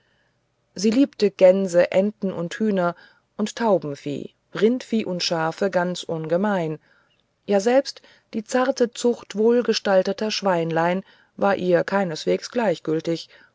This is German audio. sie liebte gänse und enten und hühner und tauben rindvieh und schafe ganz ungemein ja selbst die zarte zucht wohlgestalteter schweinlein war ihr keinesweges gleichgültig